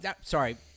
Sorry